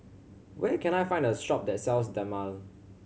where can I find a shop that sells Dermale